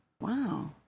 Wow